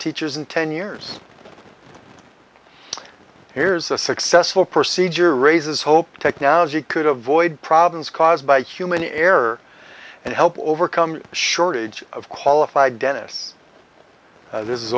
teachers in ten years here's a successful procedure raises hope a technology could avoid problems caused by human error and help overcome shortage of qualified dennis this is